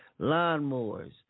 lawnmowers